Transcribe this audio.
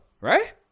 right